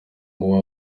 ubu